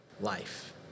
life